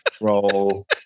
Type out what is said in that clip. roll